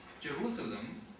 Jerusalem